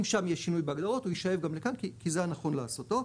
אם שם יש שינוי בהגדרות הוא יישאב גם לכאן כי זה הנכון לעשותו.